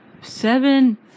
seven